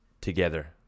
together